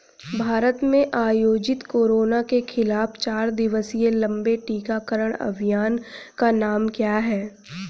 भारत में आयोजित कोरोना के खिलाफ चार दिवसीय लंबे टीकाकरण अभियान का क्या नाम है?